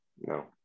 No